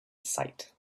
sight